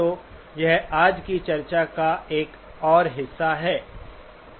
तो यह आज की चर्चा का एक और हिस्सा है